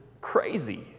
crazy